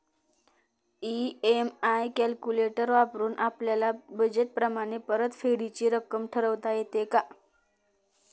EMI calculator वापरून आपापल्या budget प्रमाणे परतफेडीची रक्कम ठरवता येते का?